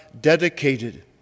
dedicated